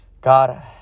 God